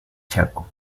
chaco